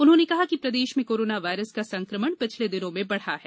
उन्होंने कहा कि प्रदेश में कोरोना वायरस का संक्रमण पिछले दिनों में बढ़ा है